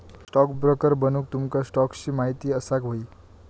stockbroker बनूक तुमका स्टॉक्सची महिती असाक व्हयी